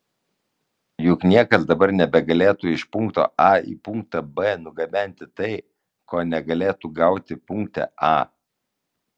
juk niekas dabar nebegalėtų iš punkto a į punktą b nugabenti tai ko negalėtų gauti punkte a